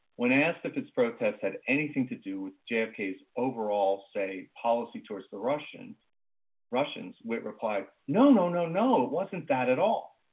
when asked if his protest had anything to do with jfk's overall say policy towards the russians russians witt replied, no, no, no, no. it wasn't that at all.